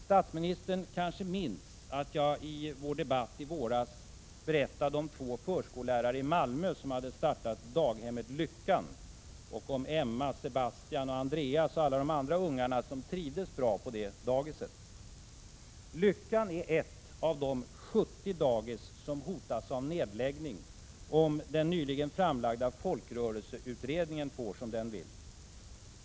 Statsministern kanske minns att jag i vår debatt i våras berättade om två förskollärare i Malmö som startat daghemmet Lyckan och om Emma, Sebastian, Andreas och alla de andra ungarna som trivs på det dagiset. Lyckan är ett av de 70 dagis som hotas av nedläggning om den nyligen framlagda folkrörelseutredningen får som den vill.